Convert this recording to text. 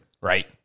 Right